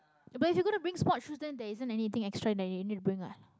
but if you gonna bring sports shoes then there isn't anything extra that you need to bring what